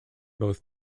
both